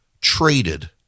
traded